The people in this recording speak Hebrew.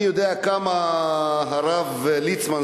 אני יודע כמה הרב ליצמן,